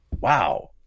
wow